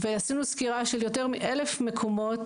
עשינו סקירה של יותר מ-1,000 מקומות